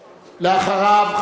אחריו,